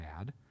add